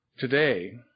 Today